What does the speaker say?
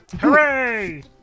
Hooray